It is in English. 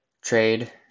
trade